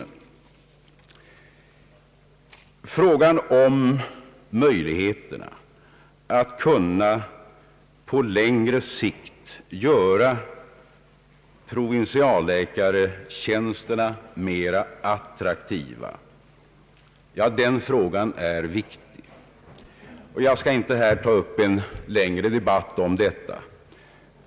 En viktig fråga gäller möjligheterna att på längre sikt göra provinsialläkartjänsterna mera attraktiva, men jag skall inte här ta upp någon längre debatt om detta.